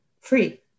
free